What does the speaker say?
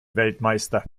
weltmeister